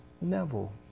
Neville